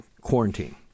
quarantine